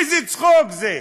איזה צחוק זה?